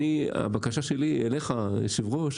והבקשה שלי אליך, היו"ר,